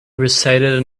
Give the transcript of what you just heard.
recited